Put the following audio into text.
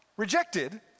rejected